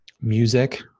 music